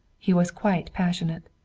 he was quite passionate.